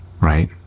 right